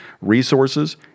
resources